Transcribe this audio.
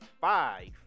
five